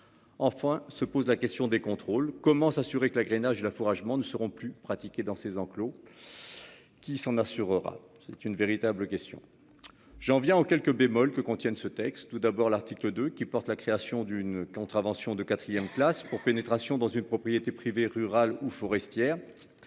Enfin se pose la question des contrôles, comment s'assurer que l'agrainage l'affouragement ne seront plus pratiqué dans ces enclos. Qu'il s'en assurera. C'est une véritable question. J'en viens aux quelques bémols que contiennent ce texte tout d'abord l'article 2 qui porte la création d'une contravention de 4ème classe pour pénétration dans une propriété privée rurale ou forestière.